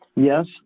Yes